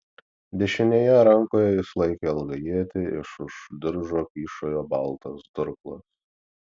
dešinėje rankoje jis laikė ilgą ietį iš už diržo kyšojo baltas durklas